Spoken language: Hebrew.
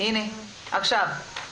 אני רוצה להודות לחברת הכנסת טלי פלוסקוב,